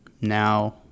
now